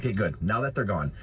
good. now that they're gone,